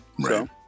Right